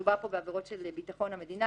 מדובר פה בעבירות של ביטחון המדינה,